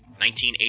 1980